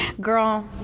Girl